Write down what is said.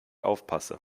aufpasse